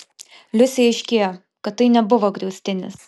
liusei aiškėjo kad tai nebuvo griaustinis